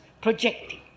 projecting